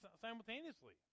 simultaneously